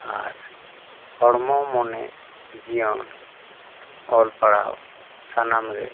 ᱟᱨ ᱦᱚᱲᱢᱚ ᱢᱚᱱᱮ ᱡᱤᱭᱚᱱ ᱚᱞ ᱯᱟᱲᱦᱟᱣ ᱥᱟᱱᱟᱢ ᱨᱮ